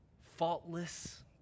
faultless